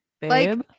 Babe